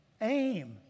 aim